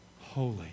holy